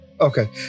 Okay